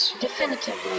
Definitively